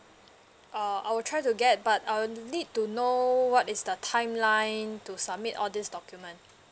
err I will try to get but I would need to know what is the timeline to submit all these document